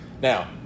Now